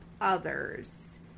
others